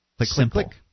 Simple